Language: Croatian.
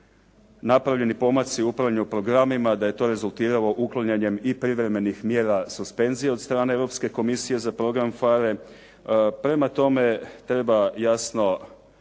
napravljeni pomaci u upravljanju programima. Da je to rezultiralo uklanjanjem i privremenih mjera suspenzije od strane Europske komisije za program PHARE. Prema tome treba jasno